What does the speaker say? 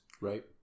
right